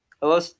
Hello